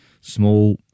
small